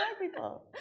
people